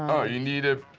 oh you need ah